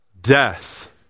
death